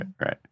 right